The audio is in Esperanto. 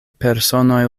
personoj